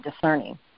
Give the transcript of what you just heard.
discerning